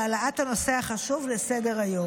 על העלאת הנושא החשוב לסדר-היום.